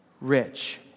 rich